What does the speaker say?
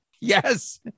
Yes